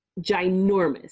ginormous